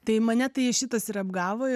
tai mane tai šitas yra apgavo